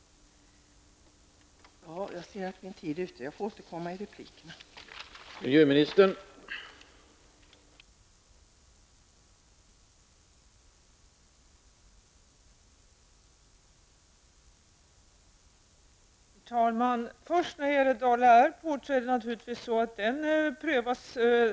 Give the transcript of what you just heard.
Min taletid är slut, och jag får återkomma i nästa inlägg.